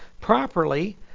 properly